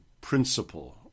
principle